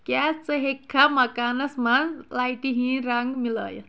کیٛاہ ژٕ ہیٚککھا مکانس منٛز لایٹہِ ہندۍ رنگ مِلٲیِتھ